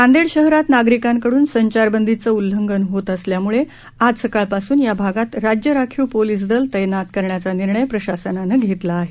नांदेड शहरात नागरिकांकडून संचारबंदीचं उल्लंघन होत असल्यामुळे आज सकाळ पासून या भागात राज्य राखीव पोलीस दल तैनात करण्याचा निर्णय प्रशासनानं घेतला आहे